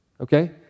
Okay